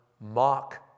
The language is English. mock